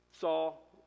Saul